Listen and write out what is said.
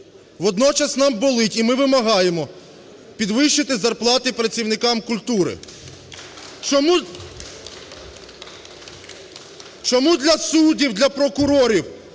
Водночас нам болить, і ми вимагаємо підвищити зарплати працівникам культури. Чому для суддів, для прокурорів